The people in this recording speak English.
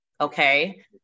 Okay